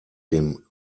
dem